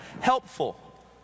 helpful